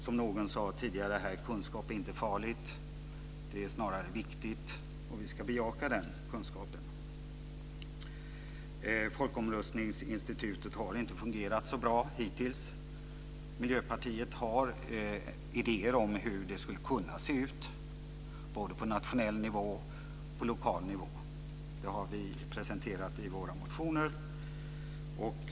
Som någon sade tidigare, kunskap är inte farligt. Kunskapen är snarare viktig, och vi ska bejaka den. Folkomröstningsinstitutet har inte fungerat så bra hittills. Miljöpartiet har idéer om hur det skulle kunna se ut, både på nationell och lokal nivå. Dem har vi presenterat i våra motioner.